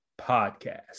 podcast